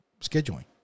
scheduling